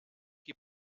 qui